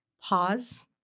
Pause